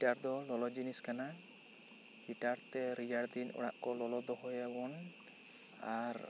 ᱦᱤᱴᱟᱨ ᱫᱚ ᱞᱚᱞᱚ ᱡᱤᱱᱤᱥ ᱠᱟᱱᱟ ᱦᱤᱴᱟᱨ ᱛᱮ ᱨᱮᱭᱟᱲ ᱫᱤᱱ ᱚᱲᱟᱜ ᱠᱚ ᱞᱚᱞᱚ ᱫᱚᱦᱚᱭᱟᱵᱚᱱ ᱟᱨ